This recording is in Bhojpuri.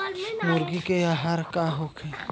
मुर्गी के आहार का होखे?